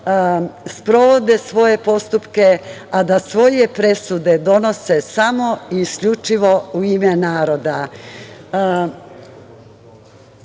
sprovode svoje postupke, a da svoje presude donose samo i isključivo u ime